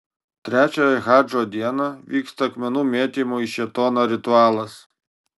trečiąją hadžo dieną vyksta akmenų mėtymo į šėtoną ritualas